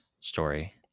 story